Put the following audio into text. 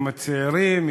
יום הצעירים,